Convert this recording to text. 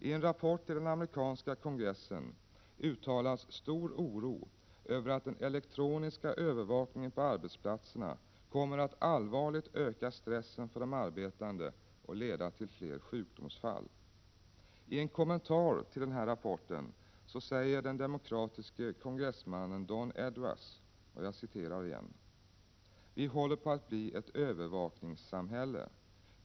I en rapport till den amerikanska kongressen uttalas stor oro över att den elektroniska övervakningen på arbetsplatserna kommer att allvarligt öka stressen för de arbetande och leda till flera sjukdomsfall. Den demokratiske kongressmannen Don Edwards säger i en kommentar till rapporten: ”Vi håller på att bli ett övervakningssamhälle.